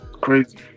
Crazy